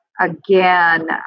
again